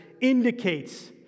indicates